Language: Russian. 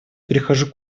перехожу